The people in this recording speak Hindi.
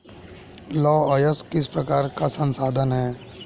लौह अयस्क किस प्रकार का संसाधन है?